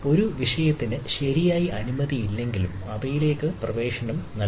ഒരു വിഷയത്തിന് ശരിയായ അനുമതിയില്ലെങ്കിലും അവയിലേക്ക് പ്രവേശനം നൽകുന്നു